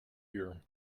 here